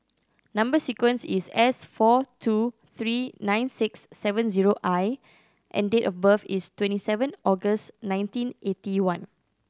number sequence is S four two three nine six seven zero I and date of birth is twenty seven August nineteen eighty one